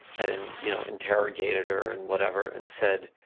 and and you know interrogated her and whatever, and said,